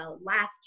last